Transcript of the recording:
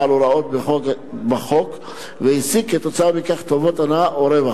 על הוראות בחוק והשיג כתוצאה מכך טובת הנאה או רווח.